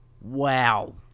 Wow